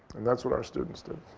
and that's what our students did.